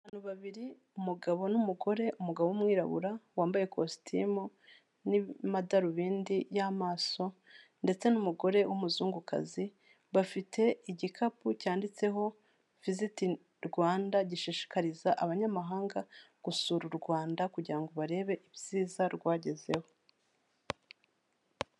Abantu babiri umugabo n'umugore, umugabo w'umwirabura wambaye kositimu n'amadarubindi y'amaso ndetse n'umugore w'umuzungukazi, bafite igikapu cyanditseho Visit Rwanda, gishishikariza abanyamahanga gusura u Rwanda kugira ngo barebe ibyiza rwagezeho.